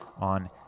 on